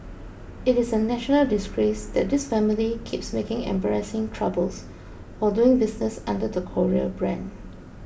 it is a national disgrace that this family keeps making embarrassing troubles while doing business under the Korea brand